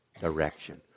direction